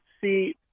see